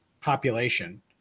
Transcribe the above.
population